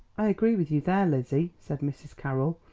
i agree with you there, lizzie, said mrs. carroll,